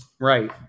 Right